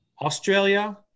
Australia